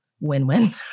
win-win